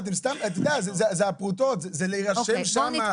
אתם סתם, זה הפרוטות, זה להירשם שם.